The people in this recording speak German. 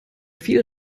viel